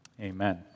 Amen